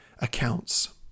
accounts